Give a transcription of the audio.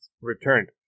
returned